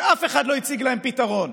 שאף אחד לא הציג להם פתרון,